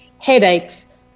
headaches